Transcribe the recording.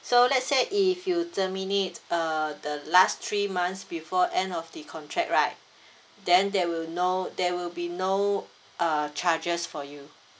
so let's say if you terminate err the last three months before end of the contract right then there will no there will be no uh charges for you